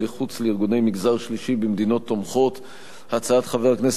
תודה רבה.